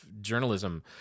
journalism